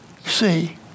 see